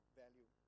value